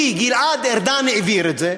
במקום להגיד: לא בא לי כי גלעד ארדן העביר את זה,